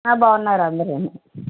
బాగున్నారు అందరు